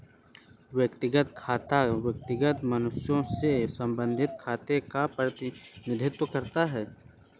व्यक्तिगत खाता व्यक्तिगत मनुष्यों से संबंधित खातों का प्रतिनिधित्व करता है